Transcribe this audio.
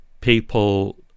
people